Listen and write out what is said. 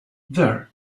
there